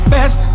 Best